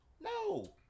No